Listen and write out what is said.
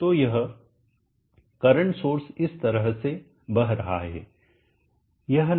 तो यह current source इस तरह से बह रहा है